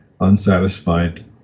unsatisfied